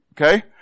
Okay